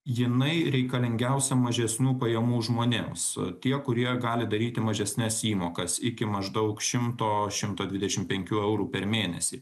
jinai reikalingiausia mažesnių pajamų žmonėms tie kurie gali daryti mažesnes įmokas iki maždaug šimto šimto dvidešim eurų per mėnesį